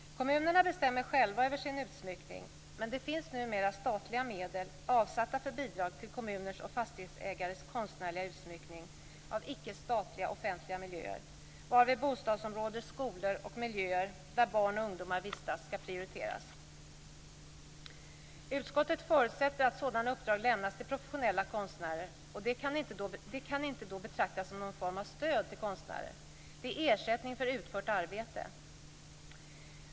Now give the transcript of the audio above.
Kommunerna bestämmer själva över sin utsmyckning, men det finns numera statliga medel avsatta för bidrag till kommuners och fastighetsägares konstnärliga utsmyckning av icke statliga offentliga miljöer, varvid bostadsområden, skolor och miljöer där barn och ungdomar vistas skall prioriteras. Utskottet förutsätter att sådana uppdrag lämnas till professionella konstnärer, och det kan då inte betraktas som någon form av stöd till konstnärer. Det är fråga om ersättning för utfört arbete.